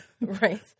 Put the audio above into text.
Right